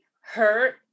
hurt